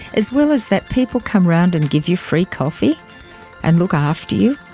as well as that, people come around and give you free coffee and look after you,